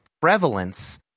prevalence